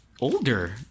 older